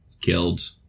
killed